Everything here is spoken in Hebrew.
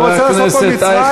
הוא רוצה לעשות פה מצרים?